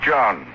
John